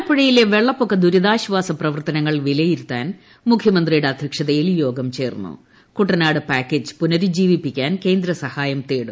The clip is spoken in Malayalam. ആലപ്പുഴയിലെ വെള്ളപ്പൊക്ക ദുരിതാശ്ചാസ ന് പ്രവർത്തനങ്ങൾ വിലയിരുത്താൻ മുഖ്യമന്ത്രിയുടെ അധ്യക്ഷതയിൽ യോഗം ചേർന്നു കുട്ടനാട് പാക്കേജ് പുനരുജ്ജീവിപ്പിക്കാൻ കേന്ദ്രസഹായം തേടും